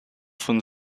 von